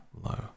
low